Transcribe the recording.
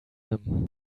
him